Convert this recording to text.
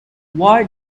why